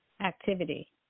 activity